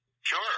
Sure